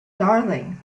darling